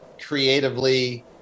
creatively